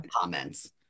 comments